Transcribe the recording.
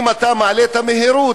אם אתה מעלה את המהירות,